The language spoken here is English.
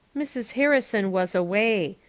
mrs. harrison was away.